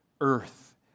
earth